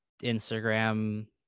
Instagram